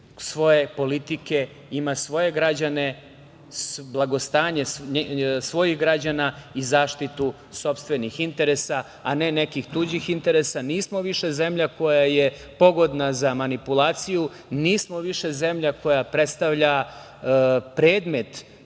svoje politike ima svoje građane, blagostanje svojih građana i zaštitu sopstvenih interesa, a ne nekih tuđih interesa. Nismo više zemlja koja je pogodna za manipulaciju, nismo više zemlja koja predstavlja predmet